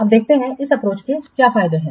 अब देखते हैं कि इस अप्रोच के क्या फायदे हैं